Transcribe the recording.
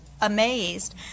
amazed